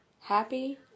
happy